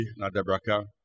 Nadabraka